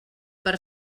per